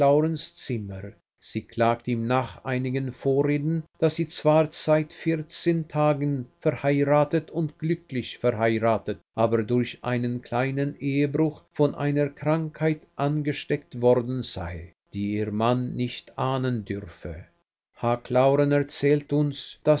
zimmer sie klagt ihm nach einigen vorreden daß sie zwar seit vierzehn tagen verheiratet und glücklich verheiratet aber durch einen kleinen ehebruch von einer krankheit angesteckt worden sei die ihr mann nicht ahnen dürfe h clauren erzählt uns